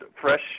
fresh